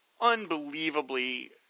unbelievably